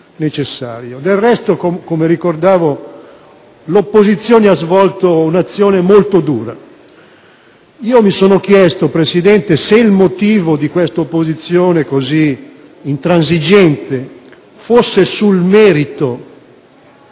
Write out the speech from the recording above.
necessario. Come ricordavo, l'opposizione ha svolto un'azione molto dura. Mi sono chiesto, Presidente, se il motivo di questa opposizione così intransigente fosse sul merito